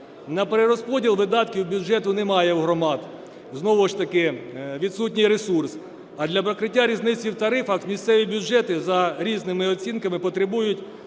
На перерозподіл видатків бюджету немає в громад, знову ж таки відсутній ресурс. А для покриття різниці в тарифах місцеві бюджети за різними оцінками потребують